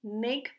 Make